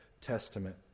Testament